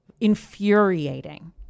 infuriating